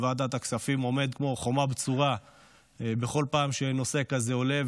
בוועדת הכספים עומד כמו חומה בצורה בכל פעם שנושא כזה עולה,